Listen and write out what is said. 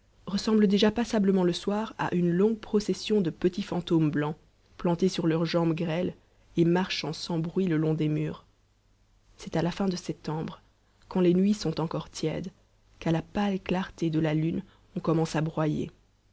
ressemblent déjà passablement le soir à une longue procession de petits fantômes blancs plantés sur leurs jambes grêles et marchant sans bruit le long des murs c'est à la fin de septembre quand les nuits sont encore tièdes qu'à la pâle clarté de la lune on commence à broyer